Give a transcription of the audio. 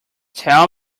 tell